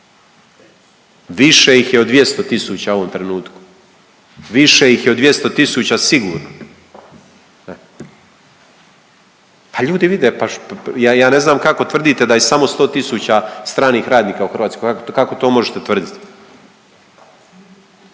više ih je od 200 tisuća u ovom trenutku. Više ih je od 200 tisuća sigurno. Pa ljudi vide, pa ja ne znam kako tvrdite da je samo 100 tisuća stranih radnika u Hrvatskoj, kako to možete tvrditi?